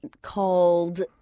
called